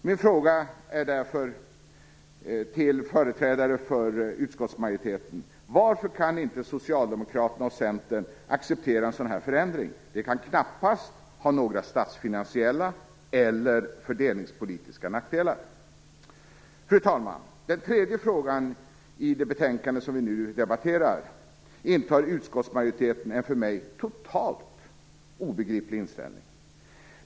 Min fråga till företrädaren för utskottsmajoriteten är därför: Varför kan inte socialdemokraterna och Centern acceptera en sådan här förändring? Den kan knappast ha några statsfinansiella eller fördelningspolitiska nackdelar. Fru talman! När det gäller den tredje frågan i det betänkande som vi nu behandlar intar utskottsmajoriteten en för mig totalt obegriplig inställning.